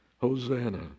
Hosanna